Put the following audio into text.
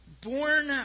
Born